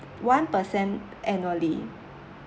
one per cent annually